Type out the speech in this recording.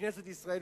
בכנסת ישראל,